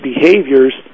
behaviors